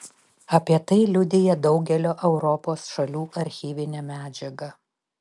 apie tai liudija daugelio europos šalių archyvinė medžiaga